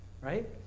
right